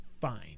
fine